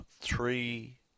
Three